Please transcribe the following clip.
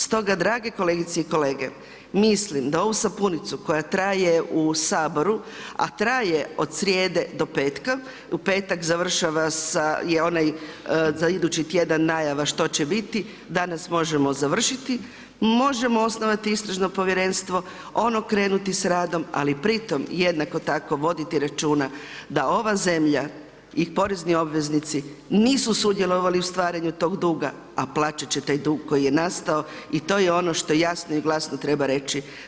Stoga drage kolegice i kolege, mislim da ovu sapunicu koja traje u Saboru, a traje od srijede do petka i u petak završava sa, je onaj za idući tjedan što će biti, danas možemo završiti, možemo osnovati Istražno povjerenstvo, ono krenuti sa radom, ali pritom jednako tako voditi računa da ova zemlja i porezni obveznici nisu sudjelovali u stvaranju tog duga a plaćat će taj dug koji je nastao i to je ono što jasno i glasno treba reći.